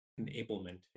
enablement